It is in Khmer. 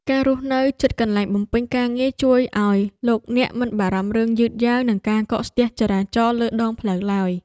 ការរស់នៅជិតកន្លែងបំពេញការងារជួយឱ្យលោកអ្នកមិនបារម្ភរឿងយឺតយ៉ាវនិងការកកស្ទះចរាចរណ៍លើដងផ្លូវឡើយ។